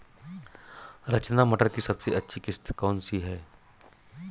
रचना मटर की सबसे अच्छी किश्त कौन सी है?